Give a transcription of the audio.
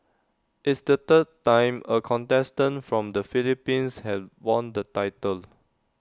it's the third time A contestant from the Philippines have won the title